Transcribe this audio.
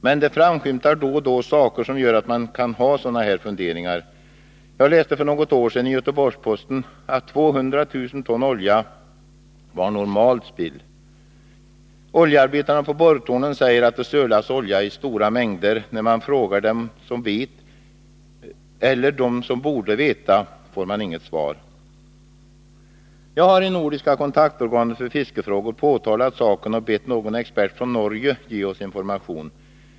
Men det framskymtar då och då saker som gör att man kan ha sådana här funderingar. Jag läste för något år sedan i Göteborgs-Posten att 200 000 ton olja var normalt spill. Oljearbetare på borrtornen säger att det sölas olja i stora mängder. När man frågar dem som vet, eller dem som borde veta, får man inget svar. Jag har i det nordiska kontaktorganet för fiskefrågor påtalat saken och bett någon expert från Norge ge oss information.